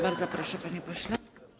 Bardzo proszę, panie pośle.